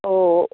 ஓ